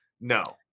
No